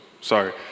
sorry